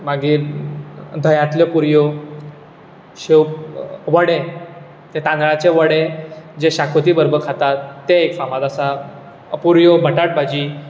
मागीर धंयांतल्यो पुरयो शेव वडे तांदळाचे वडे जे शाकोती बरोबर खातात ते एक फामाद आसात पुरयो बटाट भाजी